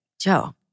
Joe